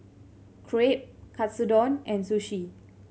Crepe Katsudon and Sushi